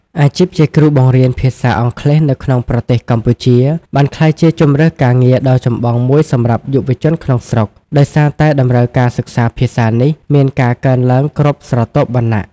អាជីពជាគ្រូបង្រៀនភាសាអង់គ្លេសនៅក្នុងប្រទេសកម្ពុជា បានក្លាយជាជម្រើសការងារដ៏ចម្បងមួយសម្រាប់យុវជនក្នុងស្រុក ដោយសារតែតម្រូវការសិក្សាភាសានេះមានការកើនឡើងគ្រប់ស្រទាប់វណ្ណៈ។